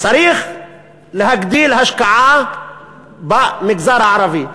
צריך להגדיל השקעה במגזר הערבי,